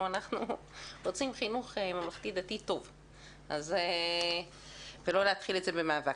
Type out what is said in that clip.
אנחנו רוצים חינוך ממלכתי-דתי טוב ולא להתחיל את זה במאבק.